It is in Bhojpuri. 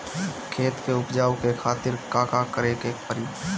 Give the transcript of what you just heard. खेत के उपजाऊ के खातीर का का करेके परी?